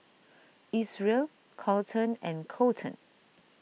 Isreal Carleton and Coleton